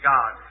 God